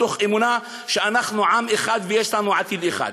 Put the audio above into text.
מתוך אמונה שאנחנו עם אחד ויש לנו עתיד אחד?